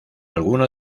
alguno